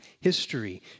history